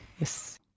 yes